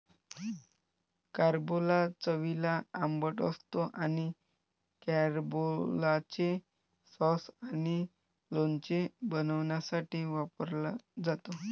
carambola चवीला आंबट असतो आणि कॅरंबोलाचे सॉस आणि लोणचे बनवण्यासाठी वापरला जातो